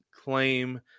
Claim